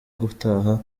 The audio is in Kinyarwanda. gutaha